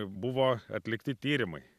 buvo atlikti tyrimai